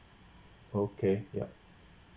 okay yup